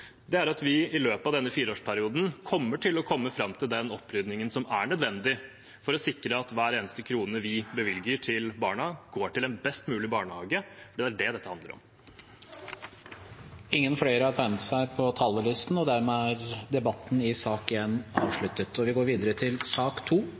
er at vi i løpet av denne fireårsperioden kommer til å komme fram til den oppryddingen som er nødvendig for å sikre at hver eneste krone vi bevilger til barna, går til en best mulig barnehage. Det er det dette handler om. Flere har ikke bedt om ordet til sak nr. 1. Etter ønske fra utdannings- og forskningskomiteen vil presidenten ordne debatten